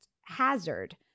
hazard